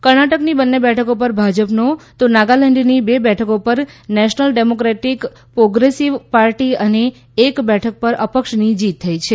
કર્ણાટકની બંને બેઠકો પર ભાજપનો તો નાગાલેન્ડની બે બેઠકો પર નેશનલ ડેમોક્રેટીક પ્રોગ્રેસીવ પાર્ટી અને એક બેઠક પર અપક્ષની જીત થઈ છે